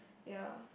ya